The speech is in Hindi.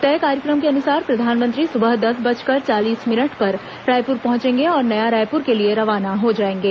तय कार्यक्रम के अनुसार प्रधानमंत्री सुबह दस बजकर चालीस मिनट पर रायपुर पहुंचेंगे और नया रायपुर के लिए रवाना हो जाएंगे